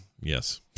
yes